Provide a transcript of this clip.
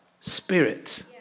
Spirit